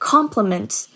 Compliments